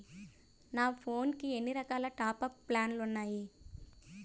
నా ఫోన్ కి ఎన్ని రకాల టాప్ అప్ ప్లాన్లు ఉన్నాయి?